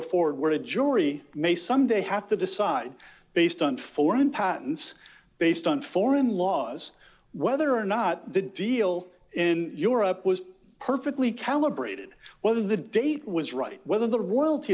forward a jury may someday have to decide based on foreign patents based on foreign laws whether or not the deal in europe was perfectly calibrated whether the date was right whether the